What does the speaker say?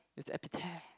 it's epitare